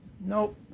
nope